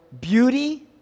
beauty